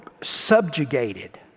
subjugated